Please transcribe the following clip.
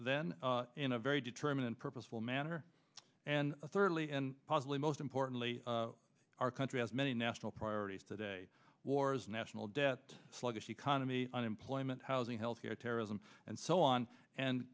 then in a very determined and purposeful manner and thirdly and possibly most importantly our country has many national priorities today wars national debt sluggish economy unemployment housing health care terrorism and so on and